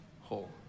whole